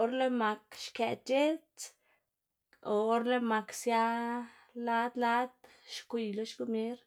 or lëꞌ mak xkëꞌ c̲h̲edz, o or lëꞌ sia lad lad xgwiy lo xkomier.